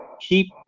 keep